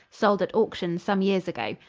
sold at auction some years ago.